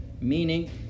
Meaning